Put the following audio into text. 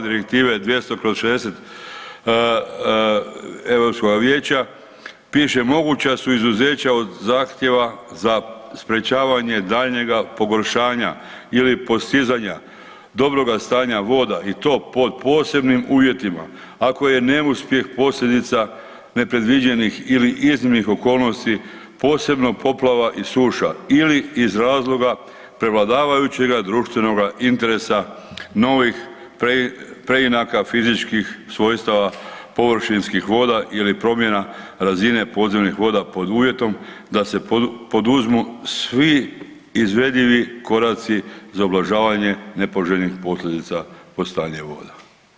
Direktive 200/60 Europskoga vijeća, piše: Moguća su izuzeća do zahtjeva za sprječavanje daljnjega pogoršanja ili postizanja dobroga stanja voda i to pod posebnim uvjetima, ako je neuspjeh posljedica nepredviđenih ili iznimnih okolnosti, posebno poplava i suša ili iz razloga prevladavajućega društvenoga interesa novih preinaka fizičkih svojstava površinskih voda ili promjena razine podzemnih voda pod uvjetom da se poduzmu svi izvedivi koraci za ublažavanje nepoželjnih posljedica o stanju voda.